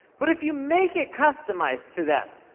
but if you make it customized to them,